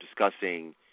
discussing